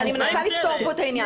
אני מנסה לפתור פה את העניין.